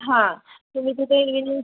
हां तुम्ही तिथे